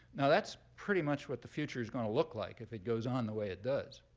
now, that's pretty much what the future's going to look like if it goes on the way it does.